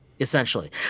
essentially